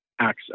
access